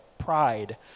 pride